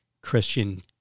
Christian